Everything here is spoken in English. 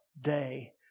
day